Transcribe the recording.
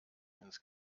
ins